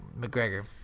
McGregor